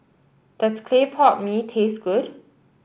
does Clay Pot Mee taste good